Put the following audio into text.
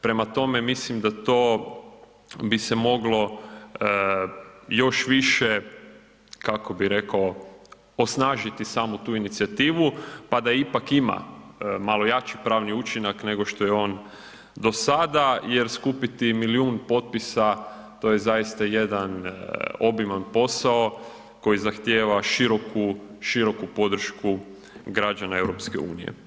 Prema tome mislim da to bi se moglo još više kako bih rekao osnažiti samu tu inicijativu pa da ipak ima malo jači pravni učinak nego što je on do sada jer skupiti milijun potpisa to je zaista jedan obiman posao koji zahtjeva široku podršku građana EU.